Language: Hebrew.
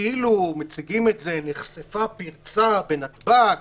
כאילו מציגים את זה, נחשפה פרצה בנתב"ג